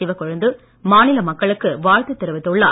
சிவக்கொழுந்து மாநில மக்களுக்கு வாழ்த்து தெரிவித்துள்ளார்